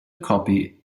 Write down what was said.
copy